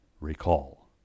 recall